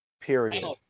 period